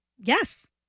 Yes